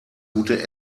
gute